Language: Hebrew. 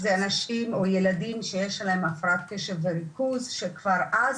אלו אנשים שיש להם הפרעת קשב וריכוז שכבר אז